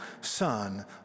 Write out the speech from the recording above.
Son